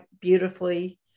beautifully